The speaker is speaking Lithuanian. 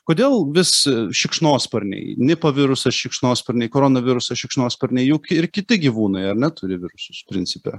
kodėl vis šikšnosparniai nipa virusas šikšnosparniai koronavirusas šikšnosparniai juk ir kiti gyvūnai ar ne turi virusus principe